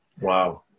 Wow